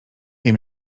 wiem